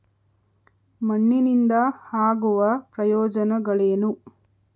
ಮಣ್ಣಿನಿಂದ ಆಗುವ ಪ್ರಯೋಜನಗಳೇನು?